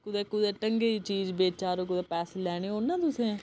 कुदै कुदै ढंगै दी चीज बेचा'रो कुतै पैसे लैने होन नां तुसें